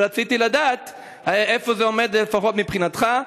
ורציתי לדעת איפה זה עומד, לפחות מבחינתך.